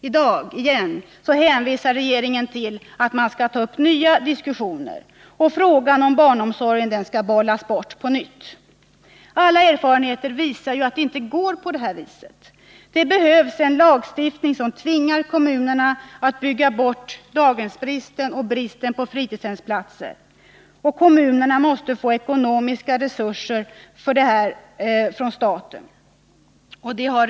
Också i dag hänvisar regeringen till att man skall ta upp nya diskussioner. Frågan om barnomsorgen bollas bort på nytt. Men alla erfarenheter visar ju att det inte går att nå resultat på det här viset. Det behövs en lagstiftning som tvingar kommunerna att bygga bort bristen på daghemsplatser och fritidshemsplatser. Kommunerna måste få ekonomiska resurser för denna utbyggnad från staten.